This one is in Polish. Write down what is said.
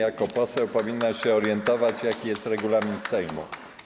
Pani jako poseł powinna się orientować, jaki jest regulamin Sejmu.